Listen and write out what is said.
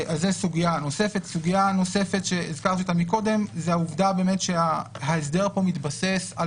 סוגיה נוספת שהזכרתי קודם זו העובדה שההסדר פה מתבסס על